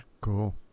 cool